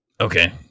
Okay